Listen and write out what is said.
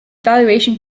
valuation